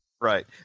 Right